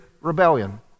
rebellion